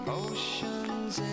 oceans